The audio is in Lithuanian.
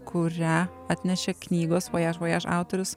kurią atnešė knygos vojaž vojaž autorius